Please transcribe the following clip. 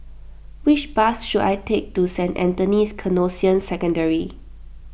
which bus should I take to Saint Anthony's Canossian Secondary